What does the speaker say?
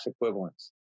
equivalents